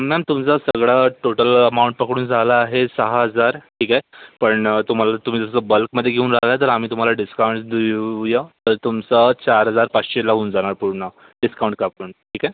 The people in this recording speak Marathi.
मॅम तुमचं सगळा टोटल अमाऊंट पकडून झाला आहे सहा हजार ठीक आहे पण तुम्हाला तुम्ही जसं बल्कमधे घेऊन जाताय तर आम्ही तुम्हाला डिस्काऊंट देऊया तर तुमचा चार हजार पाचशे लावून जाणार पूर्ण डिसकाऊंट कापून ठीक आहे